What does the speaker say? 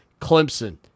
Clemson